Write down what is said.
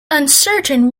uncertain